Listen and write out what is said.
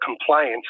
compliance